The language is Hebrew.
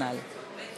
אותי תוסיפי כתומך.